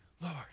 Lord